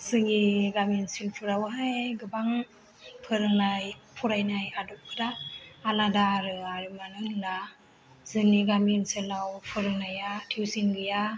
जोंनि गामि ओनसोलफोरावहाय गोबां फोरोंनाय फरायनाय आदबफोरा आलादा आरो आरो मानो होनब्ला जोंनि गामि ओनसोलाव फोरोंनाया थिउसिन गैया